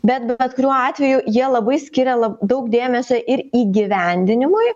bet bet kuriuo atveju jie labai skiria la daug dėmesio ir įgyvendinimui